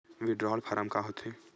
Withdrawal form का होथे?